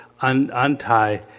untie